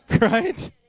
Right